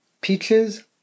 peaches